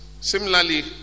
Similarly